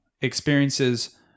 experiences